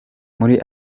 muri